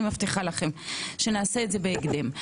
אני מבטיחה לכם שנעשה את זה בהקדם.